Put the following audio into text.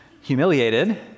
humiliated